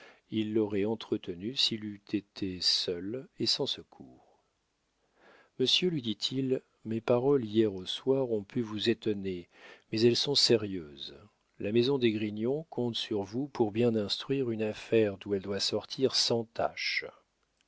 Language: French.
il l'aurait entretenu s'il eût été seul et sans secours monsieur lui dit-il mes paroles hier au soir ont pu vous étonner mais elles sont sérieuses la maison d'esgrignon compte sur vous pour bien instruire une affaire d'où elle doit sortir sans tache